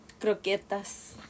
croquetas